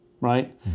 right